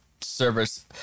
service